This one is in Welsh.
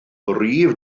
brif